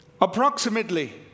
Approximately